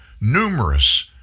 numerous